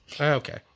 Okay